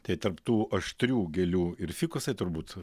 tai tarp tų aštrių gėlių ir fikusai turbūt